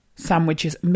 Sandwiches